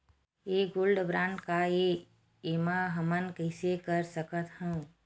ये gold bond काय ए एमा हमन कइसे कर सकत हव?